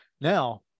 Now